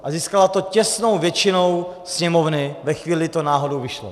A získala to těsnou většinou Sněmovny ve chvíli, kdy to náhodou vyšlo.